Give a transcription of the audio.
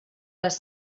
les